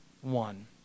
one